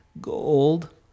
gold